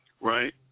right